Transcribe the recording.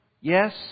yes